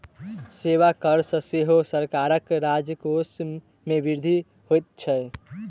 सेवा कर सॅ सेहो सरकारक राजकोष मे वृद्धि होइत छै